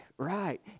right